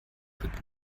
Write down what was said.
wird